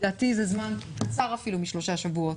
לדעתי זה זמן קצר אפילו משלושה שבועות.